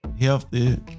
healthy